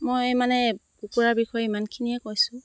মই মানে কুকুৰাৰ বিষয়ে ইমানখিনিয়ে কৈছোঁ